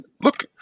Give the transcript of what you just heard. look